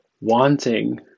wanting